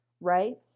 right